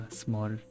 small